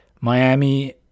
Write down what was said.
Miami